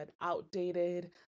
outdated